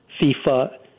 FIFA